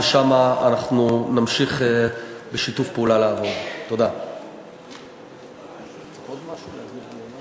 ושם אנחנו נמשיך לעבוד בשיתוף פעולה.